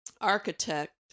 architect